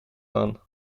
van